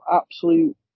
absolute